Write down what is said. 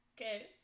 Okay